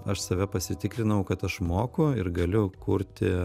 aš save pasitikrinau kad aš moku ir galiu kurti